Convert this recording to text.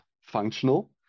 functional